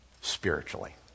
Spiritually